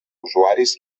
usuaris